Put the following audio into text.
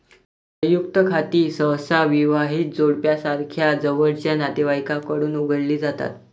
संयुक्त खाती सहसा विवाहित जोडप्यासारख्या जवळच्या नातेवाईकांकडून उघडली जातात